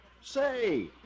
Say